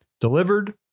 delivered